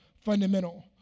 fundamental